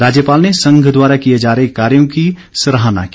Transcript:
राज्यपाल ने संघ द्वारा किए जा रहे कार्यों की सराहना की